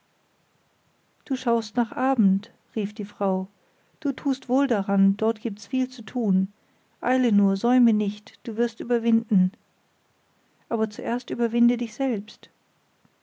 du schaust nach abend rief die frau du tust wohl daran dort gibts viel zu tun eile nur säume nicht du wirst überwinden aber zuerst überwinde dich selbst